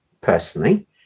personally